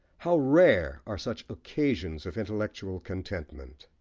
how rare are such occasions of intellectual contentment!